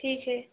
ٹھیک ہے